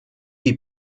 die